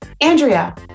Andrea